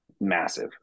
massive